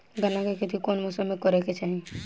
गन्ना के खेती कौना मौसम में करेके चाही?